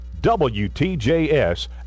WTJS